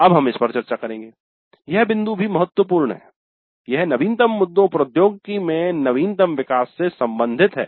अब इस पर चर्चा करेंगे यह बिंदु भी महत्वपूर्ण है यह नवीनतम मुद्दों प्रौद्योगिकी में नवीनतम विकास से संबंधित है